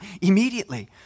immediately